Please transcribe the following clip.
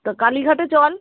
তা কালীঘাটে চল